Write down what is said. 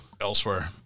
Elsewhere